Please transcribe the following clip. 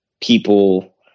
people